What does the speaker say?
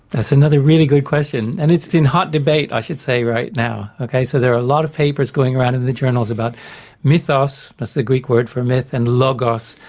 that's another really good question, and it's in hot debate, i should say, right now. okay, so there are a lot of papers going around in the journals about mythos, that's the greek word for myth, and logos,